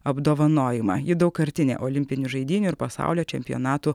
apdovanojimą ji daugkartinė olimpinių žaidynių ir pasaulio čempionatų